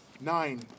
nine